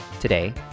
Today